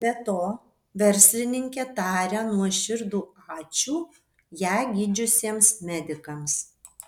be to verslininkė taria nuoširdų ačiū ją gydžiusiems medikams